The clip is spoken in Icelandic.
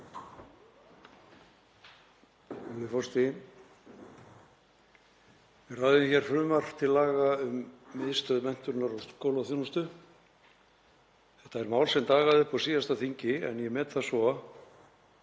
Við ræðum hér frumvarp til laga um Miðstöð menntunar og skólaþjónustu. Þetta er mál sem dagaði uppi á síðasta þingi en ég met það svo